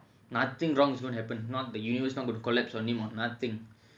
nothing wrong is gonna happen not the universe not would collapsed on him or nothing